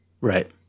Right